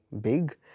big